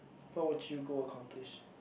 what would you go accomplish